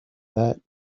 that